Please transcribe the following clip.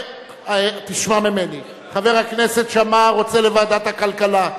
תשמע ממני, חבר הכנסת שאמה רוצה לוועדת הכלכלה.